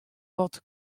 wat